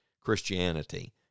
Christianity